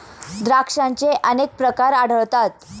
द्राक्षांचे अनेक प्रकार आढळतात